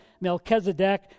Melchizedek